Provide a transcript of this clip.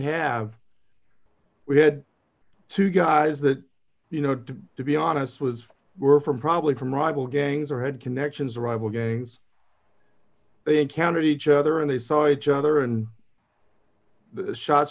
have we had two guys that you know to be honest with were from probably from rival gangs or had connections rival gangs they encountered each other and they saw each other and the shots